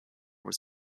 was